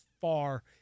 far